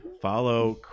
follow